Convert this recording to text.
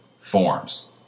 Forms